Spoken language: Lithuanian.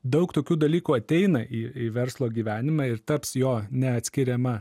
daug tokių dalykų ateina į į verslo gyvenimą ir taps jo neatskiriama